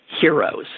heroes